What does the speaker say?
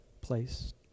place